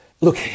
Look